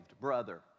brother